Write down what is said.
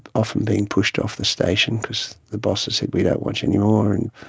often being pushed off the station because the bosses said, we don't want you any more. and